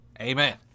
Amen